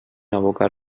abocar